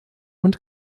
und